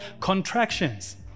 contractions